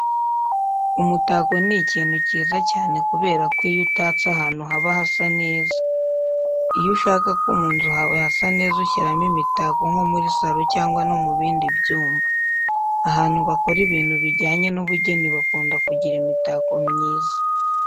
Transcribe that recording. Umutako ni ikintu cyiza cyane kubera ko iyo utatse ahantu haba hasa neza. Iyo ushaka ko mu nzu hawe hasa neza ushyiramo imitako nko muri saro cyangwa no mu bindi byumba. Ahantu bakora ibintu bijyanye n'ubugeni bakunda kugira imitako myiza.